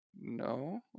no